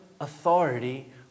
authority